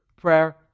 prayer